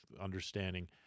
understanding